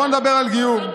בואו נדבר על גיור.